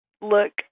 look